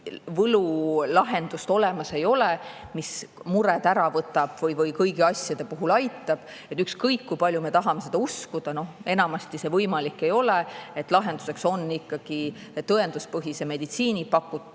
võlulahendust olemas ei ole, mis mured ära võtab ja kõigi asjade puhul aitab. Ükskõik kui palju me tahame seda uskuda, enamasti see võimalik ei ole. Lahenduseks on ikkagi tõenduspõhise meditsiini pakutav